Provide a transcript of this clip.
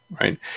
right